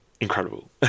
incredible